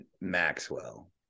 Maxwell